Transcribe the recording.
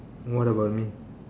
what about me